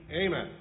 Amen